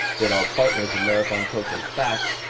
that are partners of marathon coach. in fact,